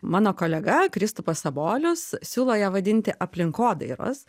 mano kolega kristupas sabolius siūlo ją vadinti aplinkodairos